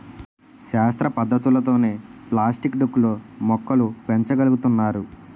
శాస్త్ర పద్ధతులతోనే ప్లాస్టిక్ డొక్కు లో మొక్కలు పెంచ గలుగుతున్నారు